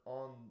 on